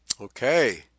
Okay